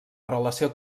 relació